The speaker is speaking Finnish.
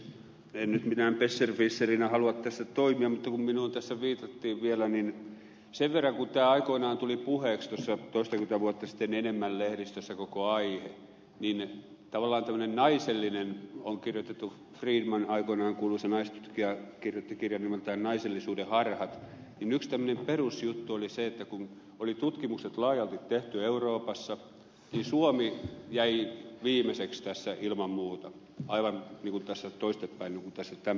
en nyt minään besserwisserinä halua tässä toimia mutta kun minuun tässä viitattiin vielä niin totean sen verran että kun aikoinaan tuli puheeksi toistakymmentä vuotta sitten enemmän lehdistössä koko aihe niin tavallaan aikoinaan kuuluisa naistutkija friedan kirjoitti kirjan nimeltä naisellisuuden harhat yksi tämmöinen perusjuttu oli se että kun oli tutkimukset laajalti tehty euroopassa niin suomi jäi viimeiseksi tässä ilman muuta aivan toisinpäin kuin tämänpäiväisessä tutkimuksessa